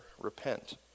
repent